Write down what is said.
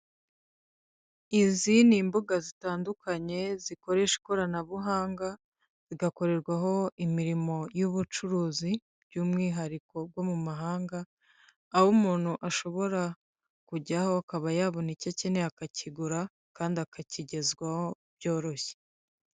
Izi ni imbuga zitandukanye zikoresha ikoranabuhanga zigakorerwaho imirimo y'ubucuruzi by'umwihariko bwo mu mahanga, aho umuntu ashobora kujyaho akaba yabona icyo akeneye akakigura kandi akakigezwaho byoroshye.